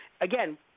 again